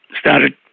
started